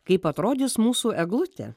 kaip atrodys mūsų eglutė